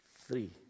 Three